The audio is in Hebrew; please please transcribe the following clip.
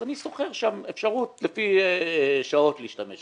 אזס אני שוכר שם אפשרות לפי שעות ומשתמש.